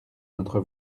notre